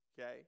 Okay